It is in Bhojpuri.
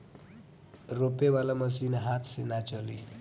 रोपे वाला मशीन हाथ से ना चली